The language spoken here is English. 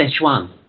Sichuan